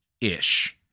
ish